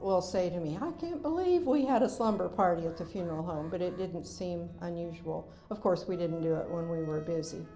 will say to me, i can't believe we had a slumber party at the funeral home! but it didn't seem unusual. of course we didn't do it when we were busy.